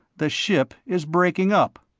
the ship is breaking up.